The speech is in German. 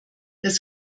das